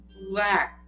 lack